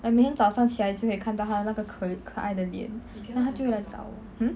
I 每早上起来就可以看到它那个可可爱的脸 then 它就会来找我 hmm